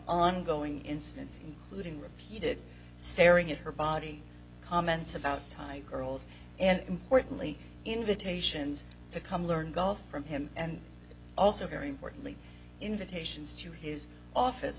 ongoing incidents leading repeated staring at her body comments about thai girls and importantly invitations to come learn golf from him and also very importantly invitations to his office